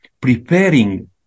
preparing